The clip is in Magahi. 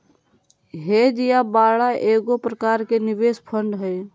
हेज या बाड़ा एगो प्रकार के निवेश फंड हय